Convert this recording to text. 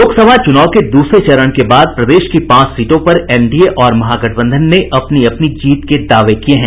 लोक सभा चुनाव के दूसरे चरण के बाद प्रदेश की पांच सीटों पर एनडीए और महागठबंधन ने अपनी अपनी जीत के दावे किये हैं